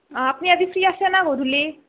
আপনি আজি ফ্ৰি আছে না গধূলি